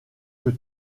que